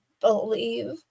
believe